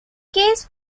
case